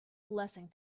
blessing